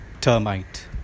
Termite